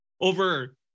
over